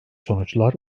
sonuçlar